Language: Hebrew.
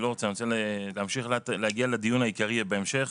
אני רוצה להגיע לדיון העיקרי בהמשך,